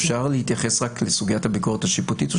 אפשר להתייחס רק לסוגיית הביקורת השיפוטית?